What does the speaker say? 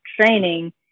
training